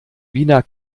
wiener